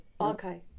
Okay